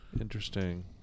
Interesting